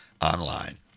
online